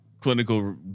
clinical